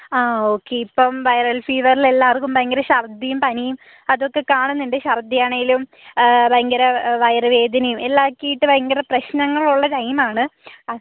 ആ ഓക്കെ ഇപ്പം വൈറൽ ഫീവറിൽ എല്ലാവർക്കും ഭയങ്കര ഛർദിയും പനിയും അതൊക്കെ കാണുന്നുണ്ട് ഛർദിയാണേലും ഭയങ്കര വയറ് വേദനയും എല്ലാക്കീട്ട് ഭയങ്കര പ്രശ്നങ്ങളുള്ള ടൈമാണ്